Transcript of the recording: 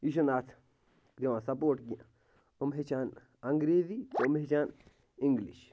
یہِ چھُنہٕ اَتھ دِوان سَپورٹ کیٚنٛہہ یِم ہیٚچھان انٛگریٖزی یِم ہیٚچھان اِنٛگلِش